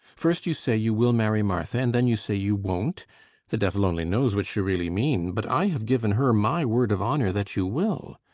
first you say you will marry martha and then you say you won't the devil only knows which you really mean, but i have given her my word of honour that you will.